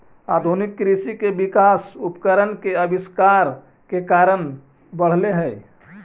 आधुनिक कृषि के विकास उपकरण के आविष्कार के कारण बढ़ले हई